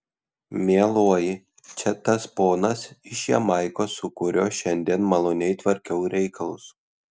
mieloji čia tas ponas iš jamaikos su kuriuo šiandien maloniai tvarkiau reikalus